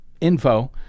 info